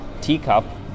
teacup